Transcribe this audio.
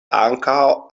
ankaŭ